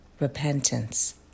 repentance